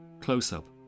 Close-up